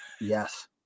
Yes